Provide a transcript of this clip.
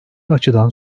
açıdan